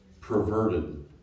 perverted